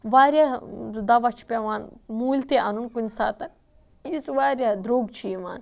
واریاہ دَوا چھِ پٮ۪وان مُلۍ تہِ اَنُن کُنہِ ساتہٕ یُس واریاہ درٛوٚگ چھِ یِوان